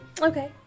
Okay